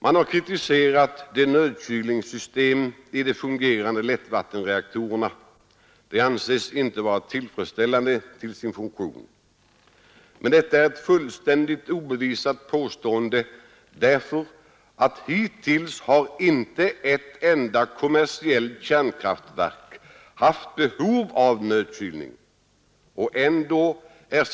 Man har kritiserat fungerande nödkylningssystem i de fungerande lättvattensreaktorerna. Det anses inte vara tillfredsställande till sin funktion. Men detta är ett fullständigt obevisat påstående därför att hittills har inte ett enda kommersiellt kärnkraftverk haft behov av nödkylning.